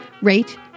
Rate